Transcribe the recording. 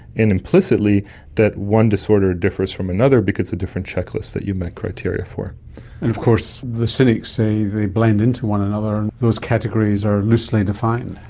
and implicitly that one disorder differs from another because of a different checklist that you met criteria for. and of course the cynics say they blend into one another and those categories are loosely defined.